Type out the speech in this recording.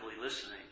listening